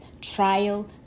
trial